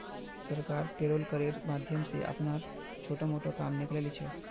सरकार पेरोल करेर माध्यम स अपनार छोटो मोटो काम निकाले ली छेक